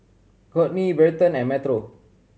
Kourtney Bryton and Metro